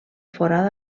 forada